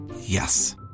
Yes